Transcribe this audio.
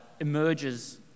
emerges